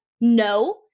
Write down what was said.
No